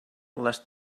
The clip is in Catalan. les